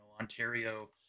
Ontario